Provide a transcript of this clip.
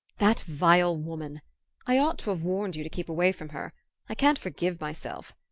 that vile woman i ought to have warned you to keep away from her i can't forgive myself!